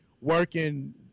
working